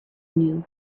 knew